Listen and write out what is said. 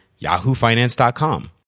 yahoofinance.com